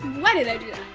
why did i do